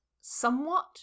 somewhat